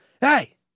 Hey